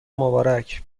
مبارک